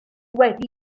wedi